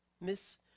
Miss